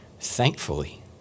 Thankfully